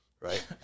right